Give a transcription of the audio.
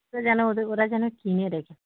ওরা যেন ওদের ওরা যেন কিনে রেখেছে